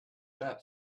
that